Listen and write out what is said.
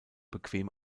bequem